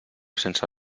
sense